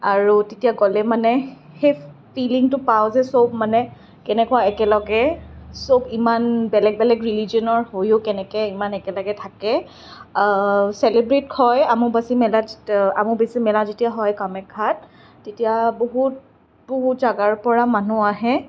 আৰু তেতিয়া গ'লে মানে সেই ফিলিংটো পাওঁ যে চব মানে কেনেকুৱা একেলগে চব ইমান বেলেগ বেলেগ ৰিলিজনৰ হৈও কেনেকৈ ইমান একেলগে থাকে চেলিব্ৰেট হয় অম্বুবাচী মেলাত অম্বুবাচী মেলা যেতিয়া হয় কামাখ্য়াত তেতিয়া বহুত বহু জাগাৰ পৰা মানুহ আহে